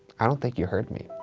i don't think you heard me.